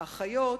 האחיות,